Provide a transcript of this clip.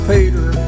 Peter